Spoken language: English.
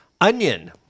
Onion